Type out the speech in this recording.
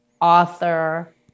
author